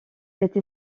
cette